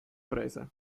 presa